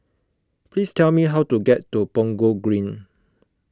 please tell me how to get to Punggol Green